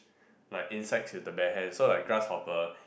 like insects with the bare hand so like grasshopper